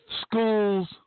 schools